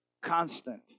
constant